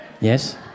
Yes